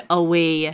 away